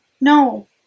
No